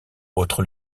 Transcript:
autre